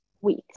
week